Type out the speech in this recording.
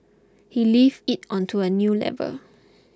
he lifts it onto a new level